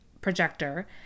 projector